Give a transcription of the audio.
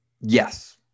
Yes